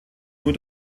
nur